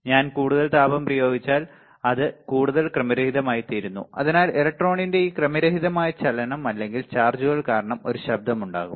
ഞാൻ കൂടുതൽ താപം പ്രയോഗിച്ചാൽ അത് കൂടുതൽ ക്രമരഹിതമായിത്തീരുന്നു അതിനാൽ ഇലക്ട്രോണിന്റെ ഈ ക്രമരഹിതമായ ചലനം അല്ലെങ്കിൽ ചാർജുകൾ കാരണം ഒരു ശബ്ദമുണ്ടാക്കും